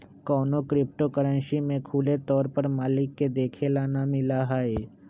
कौनो crypto currency के खुले तौर पर मालिक के देखे ला ना मिला हई